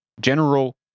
general